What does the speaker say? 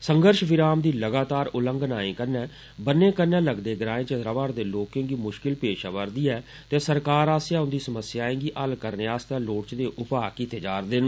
संघर्शविराम दी लगातार उल्लंघनाएं कन्नै बन्ने कन्नै लग्गदे ग्रांए च रवा'र दे लोकें गी मुषिकल पेष आवा'र दी ऐ ते सरकार आस्सेया उंदी समस्याएं गी हल करने आस्तै लोढ़चदे उपाऽ कीत्ते जा करदे न